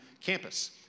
campus